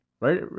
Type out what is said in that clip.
Right